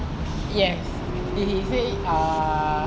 yes he said ah